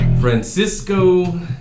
Francisco